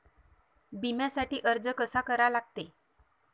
बिम्यासाठी अर्ज कसा करा लागते?